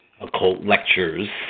occultlectures